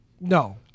no